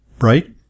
Right